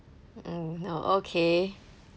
mm no okay